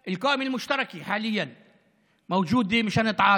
להצדיע לתושבי עדי עד,